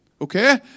Okay